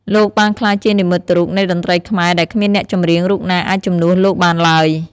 លោកបានក្លាយជានិមិត្តរូបនៃតន្ត្រីខ្មែរដែលគ្មានអ្នកចម្រៀងរូបណាអាចជំនួសបានលោកបានឡើង។